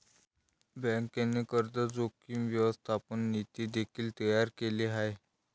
बँकेने कर्ज जोखीम व्यवस्थापन नीती देखील तयार केले आहे